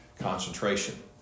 concentration